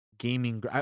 gaming